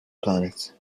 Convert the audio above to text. planet